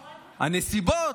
הנסיבות,